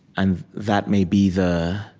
and that may be the